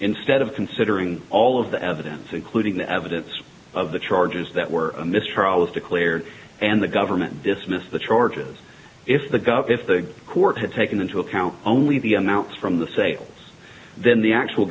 instead of considering all of the evidence including the evidence of the charges that were a mistrial was declared and the government dismissed the charges if the gov if the court had taken into account only the amounts from the sales then the actual